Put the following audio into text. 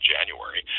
January